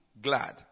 Glad